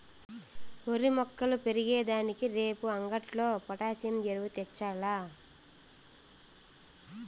ఓరి మొక్కలు పెరిగే దానికి రేపు అంగట్లో పొటాసియం ఎరువు తెచ్చాల్ల